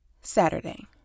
Saturday